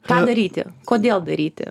ką daryti kodėl daryti